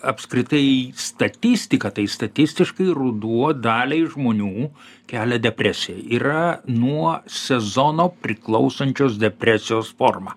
apskritai į statistiką tai statistiškai ruduo daliai žmonių kelia depresiją yra nuo sezono priklausančios depresijos forma